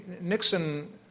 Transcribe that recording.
Nixon